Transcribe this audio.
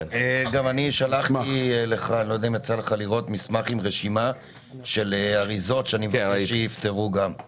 גם אני שלחתי לך מסמך עם רשימה של אריזות שאני מבקש שיפטרו גם.